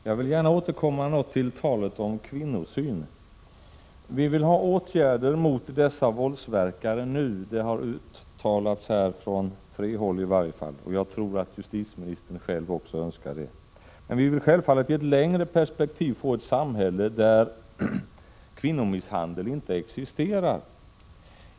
Herr talman! Jag vill gärna återkomma något till talet om kvinnosynen. 15 december 1986 Vi vill ha åtgärder mot dessa våldsverkare nu — det har uttalats fråntrehålly ZZ—GG och jag tror att justitieministern själv önskar det. Men i ett längre perspektiv vill vi självfallet få ett samhälle där kvinnomisshandel inte existerar.